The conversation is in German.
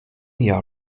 jahr